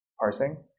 parsing